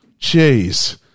Jeez